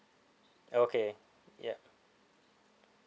okay ya